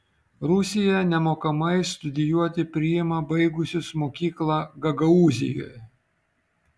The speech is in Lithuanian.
rusija nemokamai studijuoti priima baigusius mokyklą gagaūzijoje